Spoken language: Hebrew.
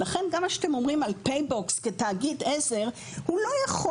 ולכן גם מה שאתם אומרים על פייבוקס כתאגיד עזר הוא לא יכול